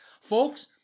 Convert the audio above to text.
folks